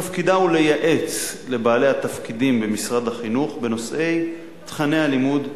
תפקידה הוא לייעץ לבעלי התפקידים במשרד החינוך בנושאי תוכני הלימוד,